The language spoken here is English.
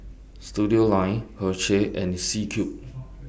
Studioline Herschel and C Cube